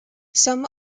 some